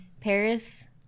Paris